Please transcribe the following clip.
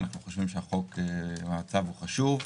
אנחנו חושבים שהצו חשוב.